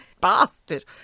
bastard